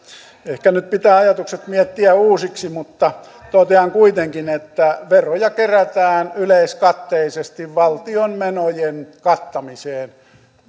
ehkä nyt pitää ajatukset miettiä uusiksi mutta totean kuitenkin että veroja kerätään yleiskatteisesti valtion menojen kattamiseen